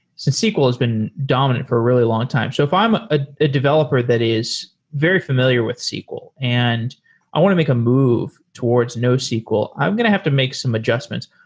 sql has been dominant for a really long time. so if if i'm ah a developer that is very familiar with sql and i want to make a move towards nosql, i'm going to have to make some adjustments.